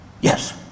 Yes